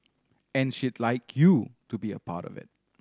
and she'd like you to be a part of it